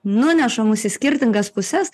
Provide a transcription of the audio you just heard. nuneša mus į skirtingas puses